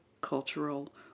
cultural